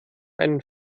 einen